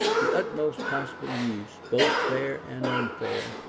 the utmost possible use, both fair and unfair,